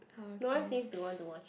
no one seems to want to watch it